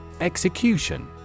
Execution